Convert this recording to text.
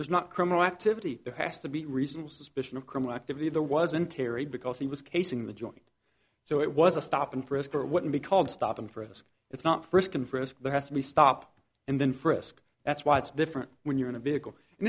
there's not criminal activity there has to be reasonable suspicion of criminal activity the was in terry because he was casing the joint so it was a stop and frisk or wouldn't be called stop and frisk it's not frisk and frisk there has to be stop and then frisk that's why it's different when you're in a vehicle and